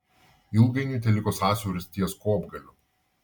ilgainiui teliko sąsiauris ties kopgaliu